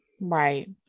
Right